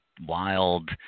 wild